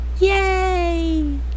yay